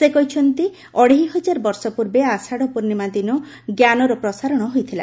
ସେ କହିଛନ୍ତି ଅଢ଼େଇ ହଜାର ବର୍ଷ ପୂର୍ବେ ଆଷାଢ଼ ପୂର୍ଶ୍ଣିମା ଦିନ ଜ୍ଞାନର ପ୍ରସାରଣ ହୋଇଥିଲା